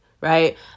right